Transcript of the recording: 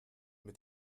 mit